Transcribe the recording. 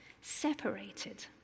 separated